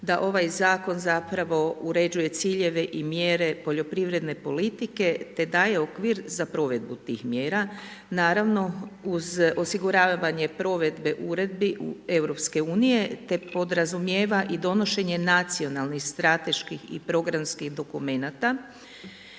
da ovaj zakon zapravo uređuje ciljeve i mjere poljoprivredne politike te daje okvir za provedbu tih mjera, naravno uz osiguravanje provedbe uredbi EU te podrazumijeva i donošenje nacionalnih strateških i programskih dokumenata